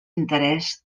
interès